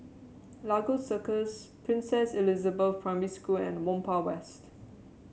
Lagos Circles Princess Elizabeth Primary School and Whampoa West